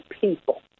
people